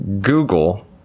Google